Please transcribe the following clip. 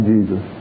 Jesus